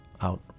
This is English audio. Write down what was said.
out